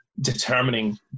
determining